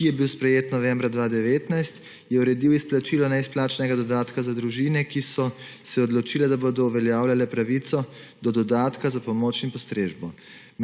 ki je bil sprejet novembra 2019, je uredil izplačilo neizplačanega dodatka za družine, ki so se odločile, da bodo uveljavljale pravico do dodatka za pomoč in postrežbo,